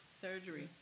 surgery